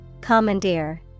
Commandeer